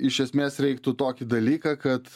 iš esmės reiktų tokį dalyką kad